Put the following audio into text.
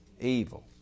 Evil